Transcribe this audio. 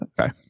Okay